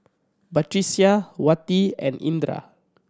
Batrisya Wati and Indra